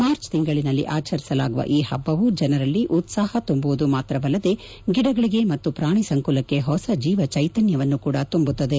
March ತಿಂಗಳಿನಲ್ಲಿ ಆಚರಿಸಲಾಗುವ ಈ ಹಬ್ಲವು ಜನರಲ್ಲಿ ಉತ್ಸಾಹ ತುಂಬುವುದು ಮಾತ್ರವಲ್ಲದೇ ಗಿಡಗಳಿಗೆ ಮತ್ತು ಪ್ರಾಣಿ ಸಂಕುಲಕ್ಷೆ ಹೊಸ ಜೀವಜೈತನ್ಲವನ್ನು ಕೂಡಾ ತುಂಬುತ್ತದೆ